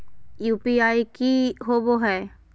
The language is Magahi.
यू.पी.आई की होबो है?